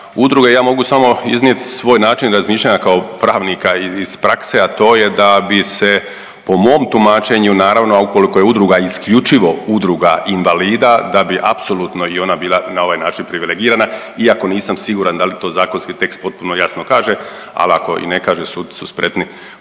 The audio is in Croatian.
udruge, ja mogu samo iznijeti svoj način razmišljanja kao pravnika iz prakse, a to je da bi se po mom tumačenju naravno, a ukoliko je udruga isključivo udruga invalida da bi apsolutno i ona bila na ovaj način privilegirana iako nisam siguran da li to zakonski tekst potpuno jasno kaže, ali ako i ne kaže suci su spretni